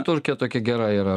turkija tokia gera yra